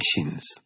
actions